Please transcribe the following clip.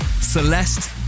Celeste